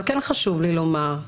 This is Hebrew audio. אבל חשוב לי לומר,